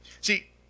See